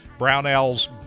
Brownells